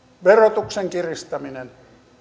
verotuksen kiristäminen